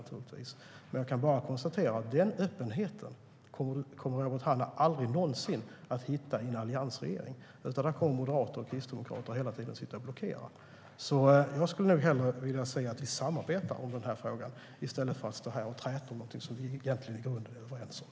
Jag kan bara konstatera att den öppenheten kommer Robert Hannah aldrig någonsin att hitta i en alliansregering, utan där kommer moderater och kristdemokrater att hela tiden sitta och blockera. Jag skulle nog hellre se att vi samarbetar i den här frågan, i stället för att stå här och träta om någonting som vi i grunden är överens om.